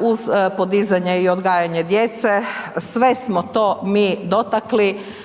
uz podizanje i odgajanje djece sve smo to mi dotakli.